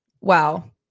Wow